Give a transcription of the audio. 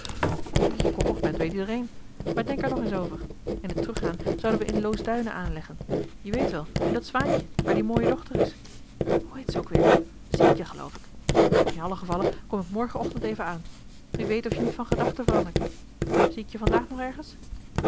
dat je koppig bent weet iedereen maar denk er nog eens over in het teruggaan zouden wij in loosduinen aanleggen je weet wel in dat zwaantje waar die mooie dochter is hoe heet zij ook weer sientje geloof ik in allen gevalle kom ik morgen ochtend even aan wie weet of je niet van gedachte verandert zie ik je van daag nog ergens